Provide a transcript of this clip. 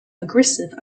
aggressive